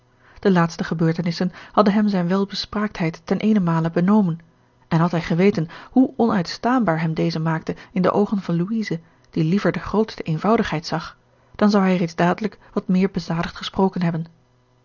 de laatste gebeurtenissen hadden hem zijne welbespraaktheid ten eenenmale benomen en had hij geweten hoe onuitstaanbaar hem deze maakte in de oogen van louise die liever de grootste eenvoudigheid zag dan zou hij reeds dadelijk wat meer bezadigd gesproken hebben